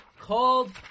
called